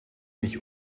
mich